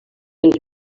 els